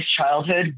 childhood